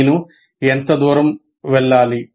నేను ఎంత దూరం వెళ్ళాలి